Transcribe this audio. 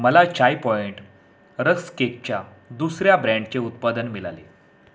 मला चाय पॉइंट रस केकच्या दुसऱ्या ब्रँडचे उत्पादन मिळाले